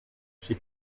she